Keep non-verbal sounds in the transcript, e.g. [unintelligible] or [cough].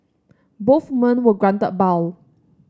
both men were granted a [unintelligible]